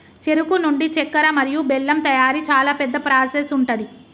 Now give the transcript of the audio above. చెరుకు నుండి చెక్కర మరియు బెల్లం తయారీ చాలా పెద్ద ప్రాసెస్ ఉంటది